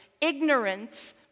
ignorance